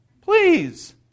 Please